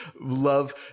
Love